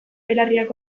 belarriak